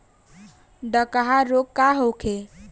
डकहा रोग का होखे?